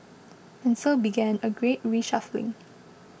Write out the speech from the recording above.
and so began a great reshuffling